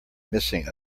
missing